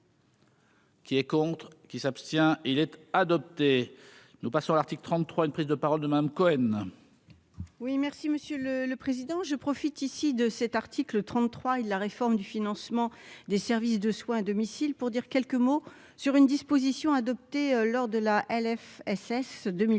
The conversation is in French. Qui est contre qui s'abstient-il être adopté, nous passons l'article 33, une prise de parole de Madame Cohen. Oui, merci Monsieur le le président je profite ici de cet article 33, la réforme du financement des services de soins à domicile pour dire quelques mots sur une disposition adoptée lors de la LF SS 2020